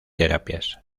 terapias